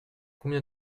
combien